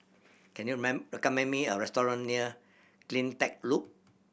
can you recommend me a restaurant near Cleantech Loop